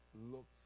looks